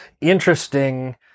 interesting